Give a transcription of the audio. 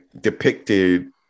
depicted